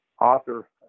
author